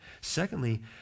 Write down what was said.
Secondly